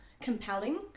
compelling